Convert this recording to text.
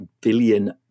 billion